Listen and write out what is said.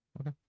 Okay